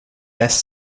best